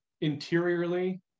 interiorly